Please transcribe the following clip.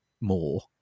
more